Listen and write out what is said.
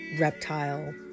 reptile